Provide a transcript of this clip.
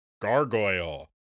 Gargoyle